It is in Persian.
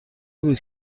بود